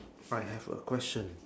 I have a question